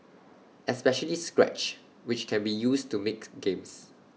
especially scratch which can be used to makes games